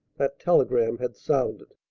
that telegram had sounded!